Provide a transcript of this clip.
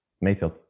Mayfield